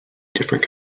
different